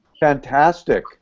Fantastic